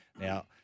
Now